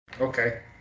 okay